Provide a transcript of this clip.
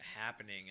happening